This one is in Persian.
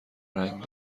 رنگ